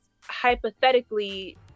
hypothetically